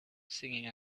singing